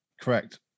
Correct